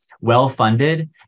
well-funded